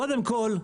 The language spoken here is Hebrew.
קודם כל,